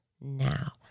now